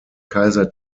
kaiser